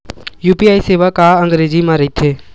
UPI सेवा का अंग्रेजी मा रहीथे?